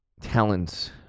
talents